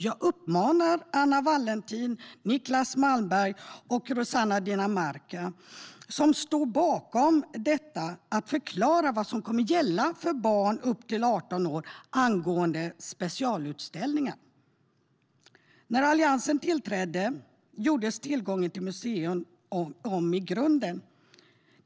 Jag uppmanar Anna Wallentheim, Niclas Malmberg och Rossana Dinamarca, som står bakom detta, att förklara vad som kommer att gälla för barn upp till 18 år angående specialutställningar. När Alliansen tillträdde gjordes tillgången till museer om i grunden.